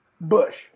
Bush